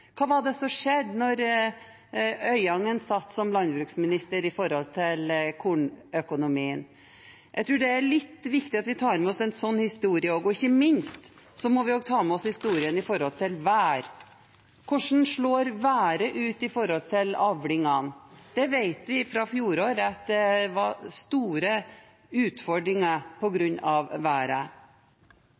Hva var det som skjedde med kornøkonomien da Gunhild Øyangen satt som landbruksminister? Jeg tror det er litt viktig at vi tar med oss en sånn historie, og ikke minst må vi ta med oss historien når det gjelder været. Hvordan været slår ut for avlingene? Vi vet at det i fjor var store utfordringer på grunn av været.